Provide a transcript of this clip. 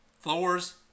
Thor's